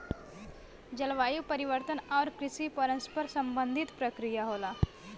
जलवायु परिवर्तन आउर कृषि परस्पर संबंधित प्रक्रिया होला